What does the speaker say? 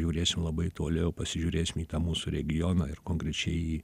žiūrėsim labai toli p pasižiūrėsim į tą mūsų regioną ir konkrečiai į